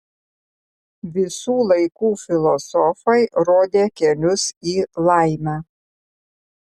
visų laikų filosofai rodė kelius į laimę